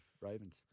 Ravens